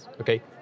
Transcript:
Okay